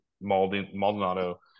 Maldonado